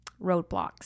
roadblocks